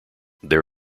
there